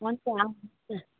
हुन्छ आउनुहोस् न